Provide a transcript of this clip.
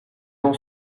ont